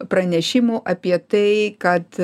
pranešimų apie tai kad